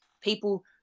people